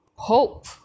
hope